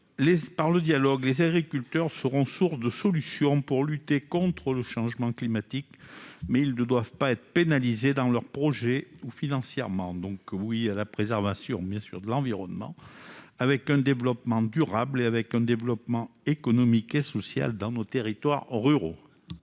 par le dialogue les agriculteurs seront source de solutions pour lutter contre le changement climatique, mais ils ne doivent pas être pénalisés dans leurs projets ou financièrement, donc oui à la préservation, bien sûr, de l'environnement avec un développement durable et avec un développement économique et social dans nos territoires ruraux.